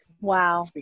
wow